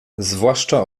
zwłaszcza